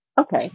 Okay